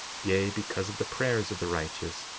yea, because of the prayers of the righteous,